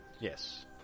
Yes